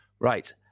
right